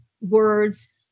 words